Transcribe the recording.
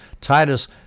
Titus